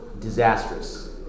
disastrous